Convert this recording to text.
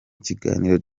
kiganiro